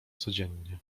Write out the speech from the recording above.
codziennie